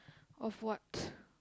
of what